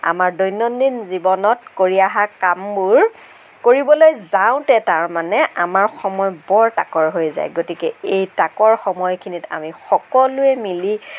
আমাৰ দৈনন্দিন জীৱনত কৰি আহা কামবোৰ কৰিবলৈ যাওঁতে তাৰমানে আমাৰ সময় বৰ তাকৰ হৈ যায় গতিকে এই তাকৰ সময়খিনিত আমি সকলোৱেই মিলি